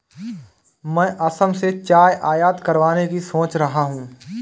मैं असम से चाय आयात करवाने की सोच रहा हूं